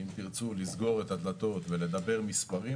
אם תרצו לסגור את הדלתות ולדבר מספרים,